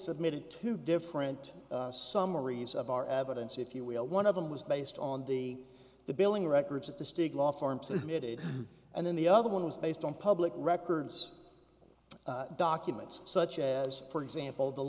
submitted two different summaries of our evidence if you will one of them was based on the the billing records of the stigler farms admitted and then the other one was based on public records documents such as for example the